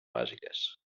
bàsiques